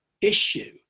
issue